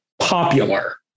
popular